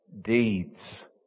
deeds